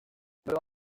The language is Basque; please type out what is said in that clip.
loro